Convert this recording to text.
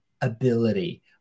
ability